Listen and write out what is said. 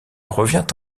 revient